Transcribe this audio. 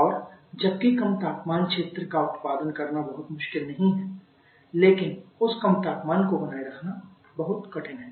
और जबकि कम तापमान क्षेत्र का उत्पादन करना बहुत मुश्किल नहीं है लेकिन उस कम तापमान को बनाए रखना बहुत कठिन है